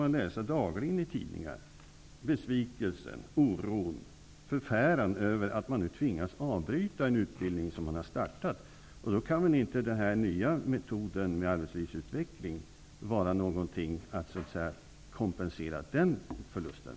Man kan dagligen läsa i tidningar om besvikelse, oro, förfäran över att människor tvingas avbryta en utbildning som de har påbörjat. Den nya åtgärden arbetslivsutveckling kan väl inte kompensera den förlusten.